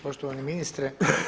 Poštovani ministre.